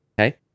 Okay